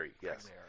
yes